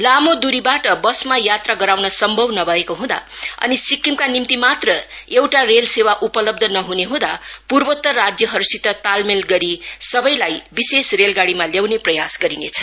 लामो दुरी ट समा यात्रा गराउन सम्भव नभएको हँदा अनि सिक्किमका निम्ति मात्र एउटा रेल सेवा उपलब्ध नहने हँदा पूर्वोतर राज्यहरूसित तालमेल गरी सपैलाई विशेष रेलगाडीमा ल्याउने प्रयास गरिनेछ